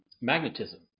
magnetism